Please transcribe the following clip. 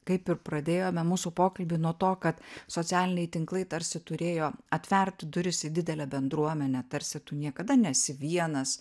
kaip ir pradėjome mūsų pokalbį nuo to kad socialiniai tinklai tarsi turėjo atverti duris į didelę bendruomenę tarsi tu niekada nesi vienas